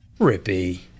Rippy